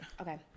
Okay